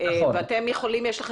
וחייבים